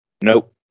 Nope